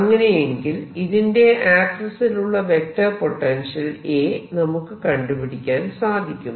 അങ്ങനെയെങ്കിൽ ഇതിന്റെ ആക്സിസിലുള്ള വെക്റ്റർ പൊട്ടൻഷ്യൽ A നമുക്ക് കണ്ടുപിടിക്കാൻ സാധിക്കുമോ